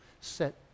set